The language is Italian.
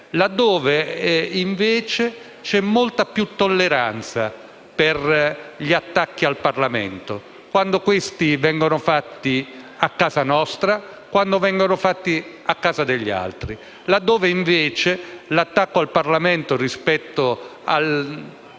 laddove invece c'è molta più tolleranza per gli attacchi al Parlamento, sia quando questi vengono perpetrati a casa nostra, sia quando accade in casa d'altri, laddove invece l'attacco al Parlamento, rispetto a